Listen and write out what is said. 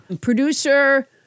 producer